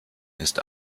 ist